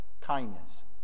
kindness